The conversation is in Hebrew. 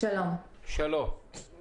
נשמע את משרד הבריאות.